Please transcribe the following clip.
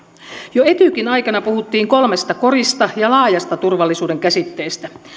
jo etykin aikana puhuttiin kolmesta korista ja laajasta turvallisuuden käsitteestä